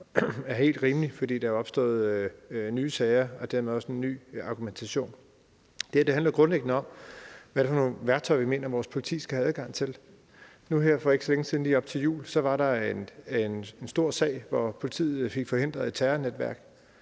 er helt rimelig, fordi der er opstået nye sager og dermed også en ny argumentation. Det her handler grundlæggende om, hvad det er for nogle værktøjer, vi mener vores politi skal have adgang til. Nu her for ikke så længe siden lige op til jul var der en stor sag, hvor politiet fik forhindret et terrornetværk,